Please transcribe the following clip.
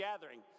gathering